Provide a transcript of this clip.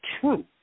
true